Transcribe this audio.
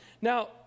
Now